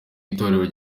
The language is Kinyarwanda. itorero